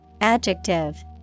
Adjective